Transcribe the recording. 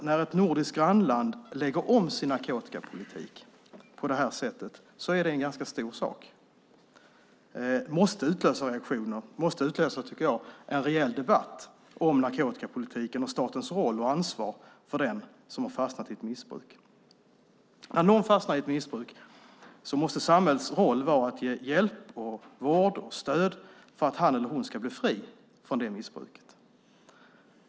När ett nordiskt grannland lägger om sin narkotikapolitik på detta sätt är det en ganska stor sak som måste utlösa reaktioner och en rejäl debatt om narkotikapolitiken och statens roll och ansvar för den som har fastnat i ett missbruk. När någon fastnar i ett missbruk måste samhällets roll vara att ge hjälp, råd och stöd för att han eller hon ska bli fri från detta missbruk.